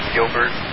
Gilbert